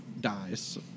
dies